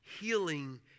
healing